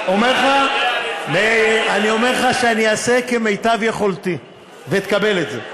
אני אומר לך שאני אעשה את זה כמיטב יכולתי ותקבל את זה,